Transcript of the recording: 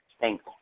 Thanks